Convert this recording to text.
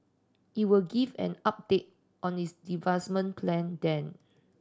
it will give an update on its divestment plan then